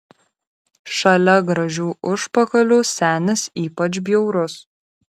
šalia gražių užpakalių senis ypač bjaurus